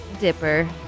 Dipper